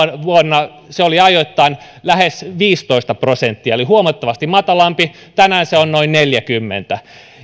vuonna luku oli ajoittain lähes viisitoista prosenttia eli huomattavasti matalampi tänään se on noin neljäkymmentä